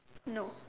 no